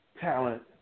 talent